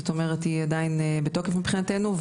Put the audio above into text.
זאת אומרת היא עדיין בתוקף מבחינתו,